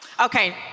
Okay